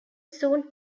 soon